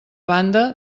banda